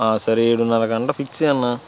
సరే ఏడునరకి అంత ఫిక్స్ చేయి అన్నా